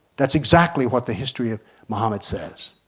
that's exactly what the history of mohammed says.